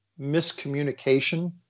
miscommunication